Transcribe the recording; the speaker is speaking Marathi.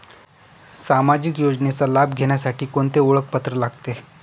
सामाजिक योजनेचा लाभ घेण्यासाठी कोणते ओळखपत्र लागते?